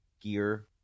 gear